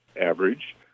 average